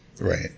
Right